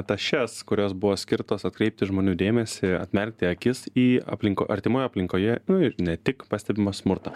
tašes kurios buvo skirtos atkreipti žmonių dėmesį atmerkti akis į aplinko artimoje aplinkoje nu ir ne tik pastebimą smurtą